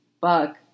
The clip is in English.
Fuck